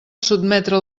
sotmetre